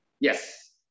Yes